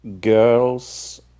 girls